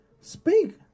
speak